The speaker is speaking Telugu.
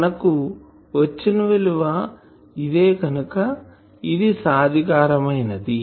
మనకు వచ్చిన విలువ ఇదే కనుక ఇది సాధికారమైనది